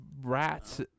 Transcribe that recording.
rats